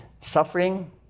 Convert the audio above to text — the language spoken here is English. suffering